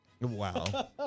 wow